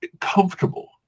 comfortable